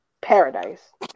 paradise